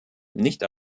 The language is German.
nicht